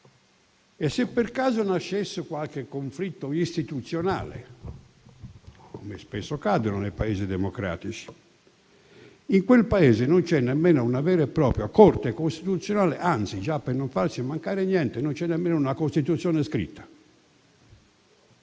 e se per caso nascesse qualche conflitto istituzionale, come spesso accade nei Paesi democratici, in quel Paese non c'è nemmeno una vera e propria Corte costituzionale, anzi, per non farsi mancare niente, non c'è nemmeno una Costituzione scritta.